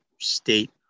state